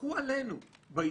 תסמכו עלינו ביישום,